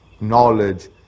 Knowledge